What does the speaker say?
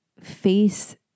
face